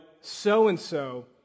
so-and-so